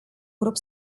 grup